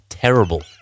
Terrible